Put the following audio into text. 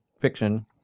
fiction